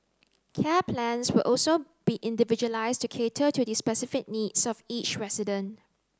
care plans will also be individualised to cater to the specific needs of each resident